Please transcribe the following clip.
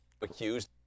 Accused